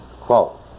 Quote